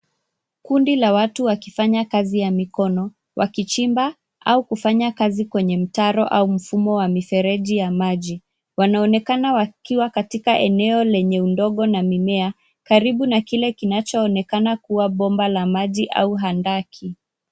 Kundi la watu wakifanya kazi ya mikono wakichimba au kufany kazi kwenye mtaro au mfumo wa mifereji ya maji. Wanaonekana wakiwa katika eneo lenye udongo na mimea karibu na kile kinachoonekana kuwa bomba la maji au handaki.